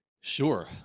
Sure